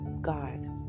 God